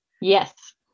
Yes